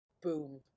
boom